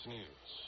News